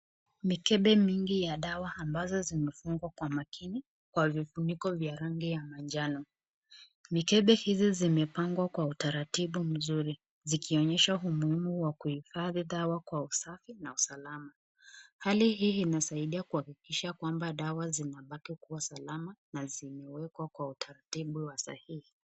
Mikebe mingi ya dawa ambazo zimefungwa kwa makini kwa vifuniko vya rangi ya manjano. Mikebe hizi zimepangwa kwa utaratibu mzuri zikionyesha umuhimu wa kuhifadhi dawa kwa usafi na usalama. Hali hii inasaidia kuhakikisha kwamba dawa zinapata kuwa salama na zimewekwa kwa utaratibu wa sahihi.